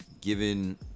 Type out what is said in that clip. given